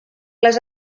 les